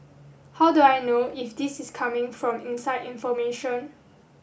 how do I know if this is coming from inside information